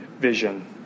vision